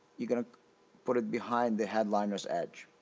you're gonna put it behind the headliners edge.